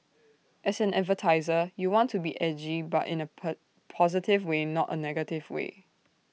as an advertiser you want to be edgy but in A per positive way not A negative way